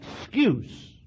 excuse